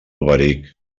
alberic